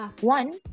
One